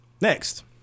Next